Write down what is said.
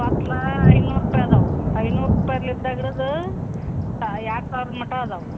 ಪತ್ಲಾ ಐನೂರು ರುಪಾಯಿ ಅದಾವು ಐನೂರು ರುಪೈಲಿಂದ ಹಿಡ್ದು ಎರಡು ಸಾವಿರ ಮುಟ ಅದಾವು